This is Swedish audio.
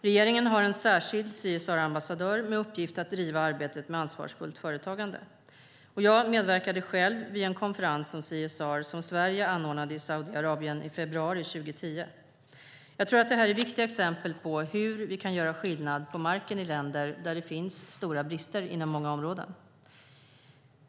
Regeringen har en särskild CSR-ambassadör med uppgift att driva arbetet med ansvarsfullt företagande. Jag medverkade själv vid en konferens om CSR som Sverige anordnade i Saudiarabien i februari 2010. Jag tror att det här är viktiga exempel på hur vi kan göra skillnad på marken i länder där det finns stora brister inom många områden.